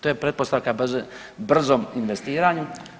To je pretpostavka brzom investiranju.